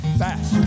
fast